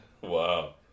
Wow